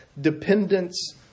dependence